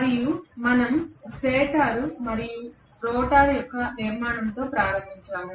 మరియు మనము స్టేటర్ మరియు రోటర్ యొక్క నిర్మాణంతో ప్రారంభించాము